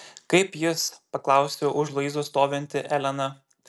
kaip jis paklausė už luizos stovinti elena